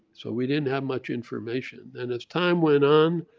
so we didn't have much information. then as time went on,